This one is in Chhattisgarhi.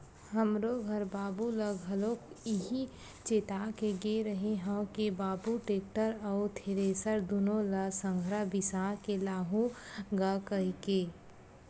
हमरो घर बाबू ल घलोक इहीं चेता के गे रेहे हंव के बाबू टेक्टर अउ थेरेसर दुनो ल संघरा बिसा के लाहूँ गा कहिके